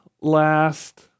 last